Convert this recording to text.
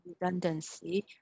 redundancy